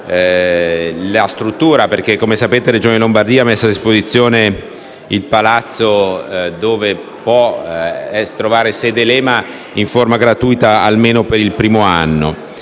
la struttura perché, come sapete, la Regione Lombardia ha messo a disposizione il palazzo dove potrebbe trovare sede l'EMA in forma gratuita, almeno per il primo anno.